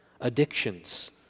Addictions